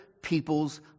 people's